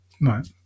Right